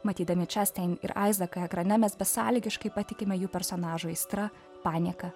matydami čestin ir aizaką ekrane mes besąlygiškai patikime jų personažų aistra panieką